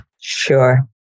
Sure